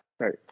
Right